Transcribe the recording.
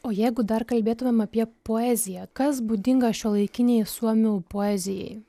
o jeigu dar kalbėtumėm apie poeziją kas būdinga šiuolaikinei suomių poezijai